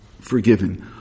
forgiven